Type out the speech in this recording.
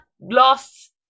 lost